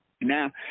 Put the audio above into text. Now